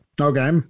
Okay